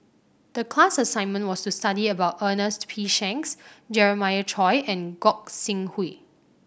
the class assignment was to study about Ernest P Shanks Jeremiah Choy and Gog Sing Hooi